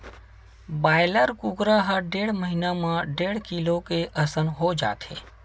broiler कुकरा ह डेढ़ महिना म डेढ़ किलो के असन हो जाथे